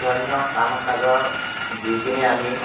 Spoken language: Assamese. ধৰ্মীয় কাম কাজৰ যিখিনি আমি